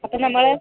അപ്പം നമ്മൾ